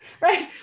right